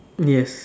yes